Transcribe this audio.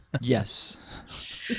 Yes